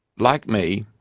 like me,